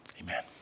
Amen